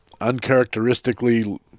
uncharacteristically